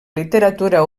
literatura